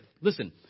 Listen